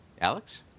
Alex